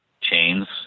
chains